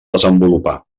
desenvolupar